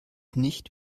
nicht